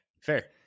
fair